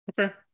Okay